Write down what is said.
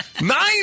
Nine